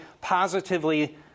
positively